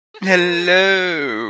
Hello